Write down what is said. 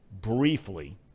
briefly